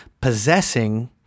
possessing